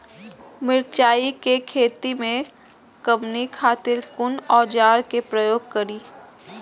मिरचाई के खेती में कमनी खातिर कुन औजार के प्रयोग करी?